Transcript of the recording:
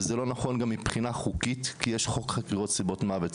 וזה לא נכון גם מבחינה חוקית כי יש חוק חקירות סיבות מוות.